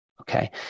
Okay